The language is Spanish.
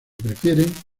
prefieren